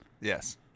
Yes